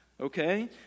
Okay